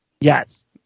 Yes